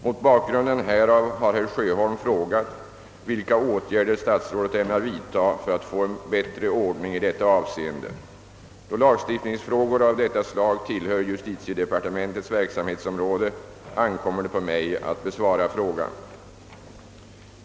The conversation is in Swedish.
Mot bakgrunden därav har herr Sjöholm frågat vilka åtgärder statsrådet ämnar vidta för att få en bättre ordning i detta avseende. Då lagstiftningsfrågor av detta slag tillhör justitiedepartementets verksamhetsområde, ankommer det på mig att besvara frågan.